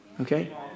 Okay